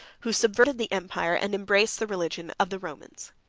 who subverted the empire, and embraced the religion of the romans.